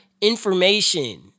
information